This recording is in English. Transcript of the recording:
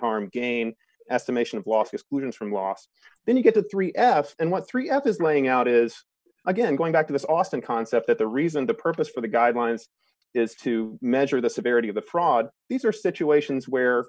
harm game estimation of losses kudos from lost then you get to three s and what three f is laying out is again going back to this awesome concept that the reason the purpose for the guidelines is to measure the severity of the fraud these are situations where